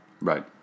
Right